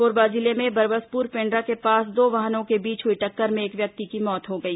कोरबा जिले में बरबसपुर पेण्ड्रा के पास दो वाहनों के बीच हुई टक्कर में एक व्यक्ति की मौत हो गई